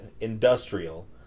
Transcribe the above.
industrial